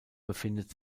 befindet